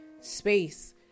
space